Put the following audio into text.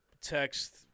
text